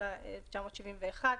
התשל"א 1971 (להלן,